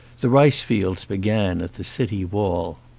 the rice fields began at the city wall.